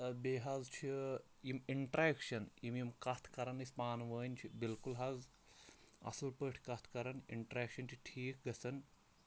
بیٚیہِ حظ چھِ یِم اِنٹرٛیکشَن یِم یِم کَتھ کَران أسۍ پانہٕ ؤنۍ چھِ بالکُل حظ اَصٕل پٲٹھۍ کَتھ کَران اِنٹرٛیکشَن چھِ ٹھیٖک گژھان